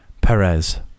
Perez